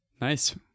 Nice